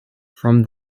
from